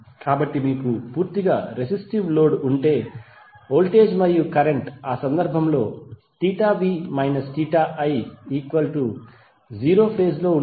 కాబట్టి మీకు పూర్తిగా రెసిస్టివ్ లోడ్ ఉంటే వోల్టేజ్ మరియు కరెంట్ ఆ సందర్భంలో v i0 ఫేజ్ లో ఉంటుంది